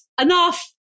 enough